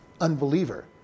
unbeliever